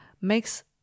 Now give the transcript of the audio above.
makes